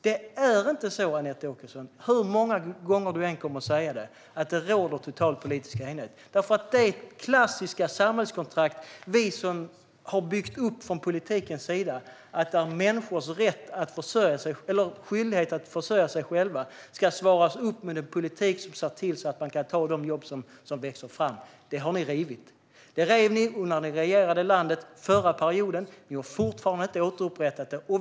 Det råder inte total politisk enighet, Anette Åkesson, hur många gånger du än säger det. Det klassiska samhällskontrakt som vi har byggt upp från politikens sida innebär att det är människors skyldighet att försörja sig själva och att det ska finnas en politik som ser till att människor kan ta de jobb som växer fram. Detta har ni rivit. Det rev ni när ni regerade landet under förra perioden. Ni har fortfarande inte återupprättat det.